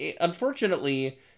unfortunately